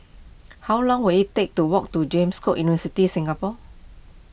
how long will it take to walk to James Cook University Singapore